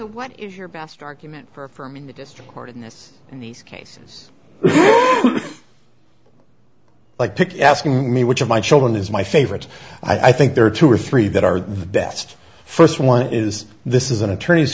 what is your best argument for a firm in the district court in the us in these cases like pick asking me which of my children is my favorite i think there are two or three that are the best first one is this is an attorney's